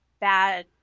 bad